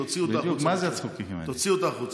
תוציאו אותה החוצה,